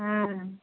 ह्म्म